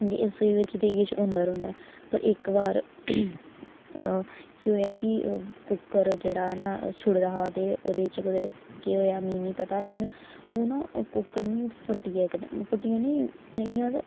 ते रसोई बिच एह् किश होंदा रौहंदा पर इक्क बार केह् होआ कि कुकर जेह्ड़ा ना छुड़े दा हा ते ओह्दे च न कुदै केह् होआ मिगी निं पता लेकिन ओह् कुकर ना फट्टी आ इक्कदम फट्टेआ निं